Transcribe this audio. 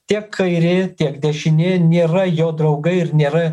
tiek kairė tiek dešinė nėra jo draugai ir nėra